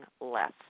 less